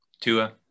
Tua